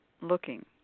looking